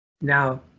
Now